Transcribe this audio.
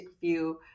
view